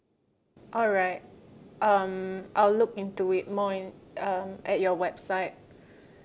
alright um I'll look into it more in um at your website